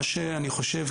אני חושב,